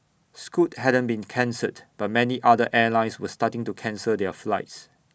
scoot hadn't been cancelled but many other airlines were starting to cancel their flights